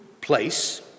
place